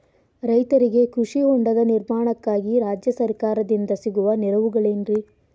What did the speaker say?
ರೈತರಿಗೆ ಕೃಷಿ ಹೊಂಡದ ನಿರ್ಮಾಣಕ್ಕಾಗಿ ರಾಜ್ಯ ಸರ್ಕಾರದಿಂದ ಸಿಗುವ ನೆರವುಗಳೇನ್ರಿ?